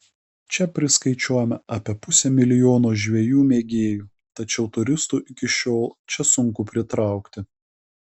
čia priskaičiuojame apie pusę milijono žvejų mėgėjų tačiau turistų iki šiol čia sunku pritraukti